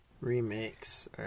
remakes